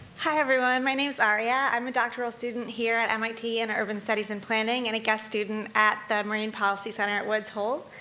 hi everyone, my name's aria. i'm a doctoral student here at mit in urban studies and planning, and a guest student at the marine policy center at wood's hole.